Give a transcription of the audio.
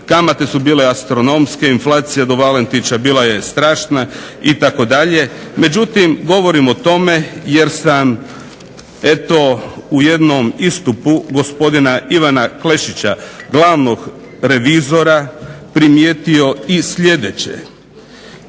kamate su bile astronomske, inflacija do Valentića bila je strašna itd. Međutim, govorim o tome jer sam eto u jednom istupu gospodina Ivana Klešića glavnog revizora primijetio i sljedeće